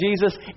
Jesus